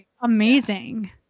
amazing